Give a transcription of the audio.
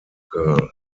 girl